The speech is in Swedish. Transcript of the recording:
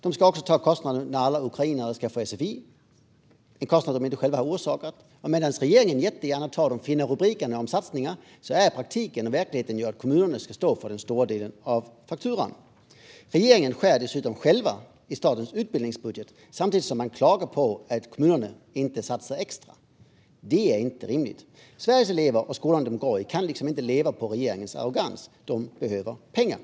De ska också ta kostnaderna när alla ukrainare ska få sfi, en kostnad de inte har orsakat själva. Medan regeringen jättegärna tar de fina rubrikerna om satsningar ska kommunerna i praktiken och i verkligheten ta den stora delen av fakturan. Regeringen skär dessutom själv i statens utbildningsbudget samtidigt som man klagar på att kommunerna inte satsar extra. Det är inte rimligt. Sveriges elever och skolorna de går i kan inte leva på regeringens arrogans. De behöver pengar.